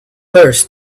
earth